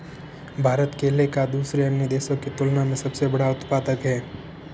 भारत केले का दूसरे अन्य देशों की तुलना में सबसे बड़ा उत्पादक है